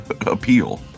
appeal